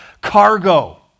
cargo